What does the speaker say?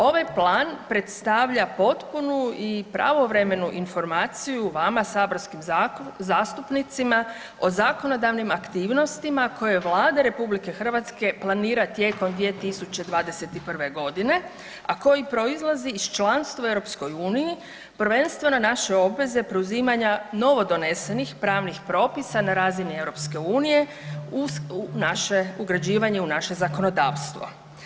Ovaj plan predstavlja potpunu i pravovremenu informaciju vama saborskim zastupnicima o zakonodavnim aktivnostima koje Vlada RH planira tijekom 2021.g., a koji proizlazi iz članstva EU prvenstveno naše obveze preuzimanja novodonesenih pravnih propisa na razini EU u naše, ugrađivanje u naše zakonodavstvo.